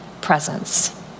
presence